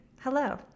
Hello